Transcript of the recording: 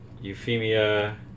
Euphemia